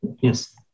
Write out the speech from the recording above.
Yes